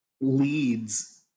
leads